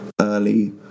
early